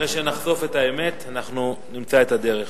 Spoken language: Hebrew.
אחרי שנחשוף את האמת אנחנו נמצא את הדרך.